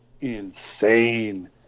insane